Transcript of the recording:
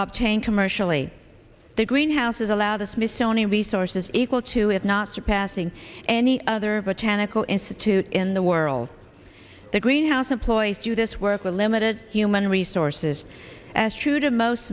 obtain commercially the greenhouses allow the smithsonian resources equal to if not surpassing any other botanical institute in the world the greenhouse employed i do this work with limited human resources as true to most